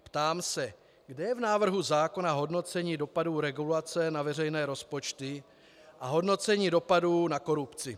Ptám se: Kde je v návrhu zákona hodnocení dopadů regulace na veřejné rozpočty a hodnocení dopadů na korupci?